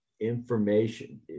information